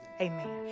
amen